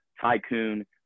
tycoon